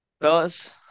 Fellas